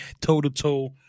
toe-to-toe